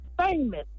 famous